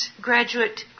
graduate